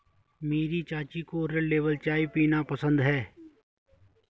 मेरी चाची को रेड लेबल चाय पीना पसंद है